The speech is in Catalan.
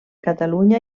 catalunya